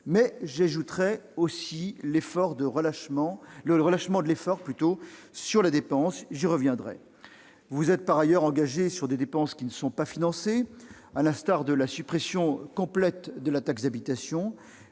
mais j'y ajouterai le relâchement de l'effort de maîtrise de la dépense. J'y reviendrai. Vous vous êtes par ailleurs engagés dans des réformes qui ne sont pas financées, à l'instar de la suppression complète de la taxe d'habitation,